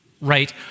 right